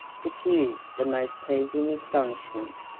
diffused the most pleasing astonishment.